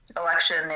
election